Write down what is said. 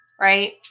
right